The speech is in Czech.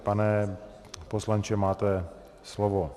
Pane poslanče, máte slovo.